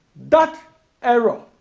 that error,